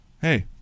hey